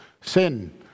sin